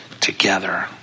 together